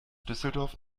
düsseldorf